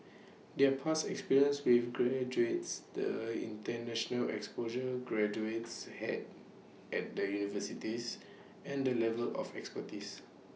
their past experience with graduates the International exposure graduates had at the universities and the level of expertise